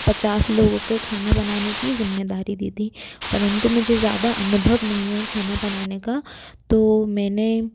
पचास लोगों के खाना बनाने की जिम्मेदारी दी थी परन्तु मुझे ज़्यादा अनुभव नहीं है खाना बनाने का तो मैंने